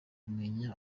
kumenya